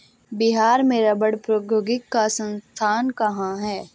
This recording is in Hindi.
बिहार में रबड़ प्रौद्योगिकी का संस्थान कहाँ है?